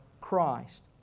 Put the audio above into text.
Christ